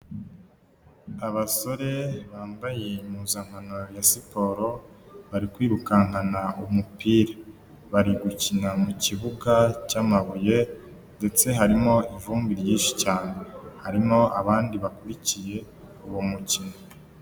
Abasore bambaye impuzankano ya siporo bari kwirukankana umupira, bari gukina mu kibuga cyamabuye ndetse harimo ivumbi ryinshi cyane, harimo abandi bakurikiye uwo mukino.